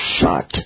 shut